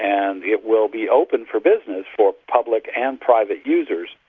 and it will be open for business for public and private users,